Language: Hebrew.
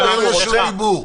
תודה רבה.